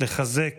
לחזק